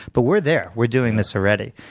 but we're there. we're doing this already.